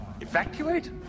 evacuate